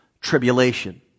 tribulation